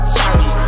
sorry